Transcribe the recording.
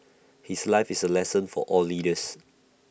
his life is A lesson for all leaders